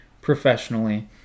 professionally